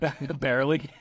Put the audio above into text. barely